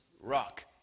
Rock